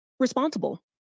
Responsible